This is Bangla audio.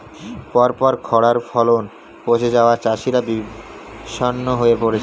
পরপর খড়ায় ফলন পচে যাওয়ায় চাষিরা বিষণ্ণ হয়ে পরেছে